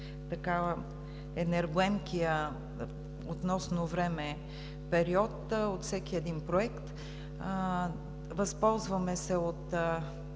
е най-енергоемкият относно време период от всеки един проект. Възползваме се от